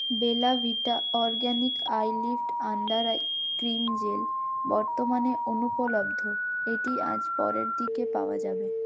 বেলা Vita organic eye lift under eye cream gel বর্তমানে অনুপলব্ধ এটি আজ পরের দিকে পাওয়া যাবে